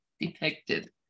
depicted